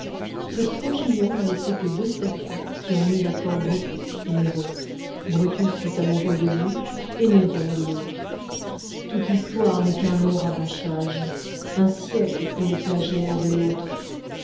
ce strongylion n'a laissé que deux statues qui ont mis d'accord brutus et néron brutus fut amoureux de l'une et néron de l'autre toute l'histoire n'est qu'un long rabâchage un siècle est le plagiaire de l'autre